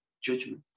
judgment